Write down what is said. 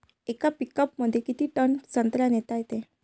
येका पिकअपमंदी किती टन संत्रा नेता येते?